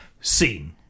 Scene